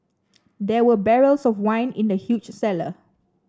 there were barrels of wine in the huge cellar